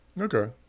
Okay